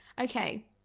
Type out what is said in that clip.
okay